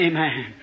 Amen